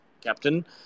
Captain